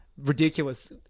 ridiculous